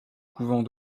couvent